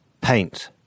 Paint